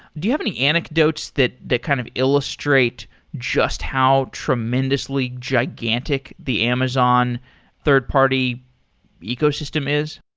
do you have any anecdotes that that kind of illustrate just how tremendously gigantic the amazon third-party ecosystem is?